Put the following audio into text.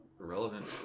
irrelevant